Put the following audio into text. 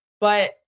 But-